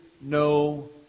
no